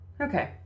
Okay